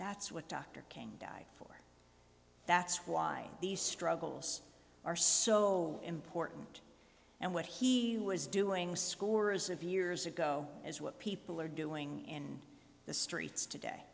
that's what dr king died for that's why these struggles are so important and what he was doing scores of years ago as what people are doing in the streets today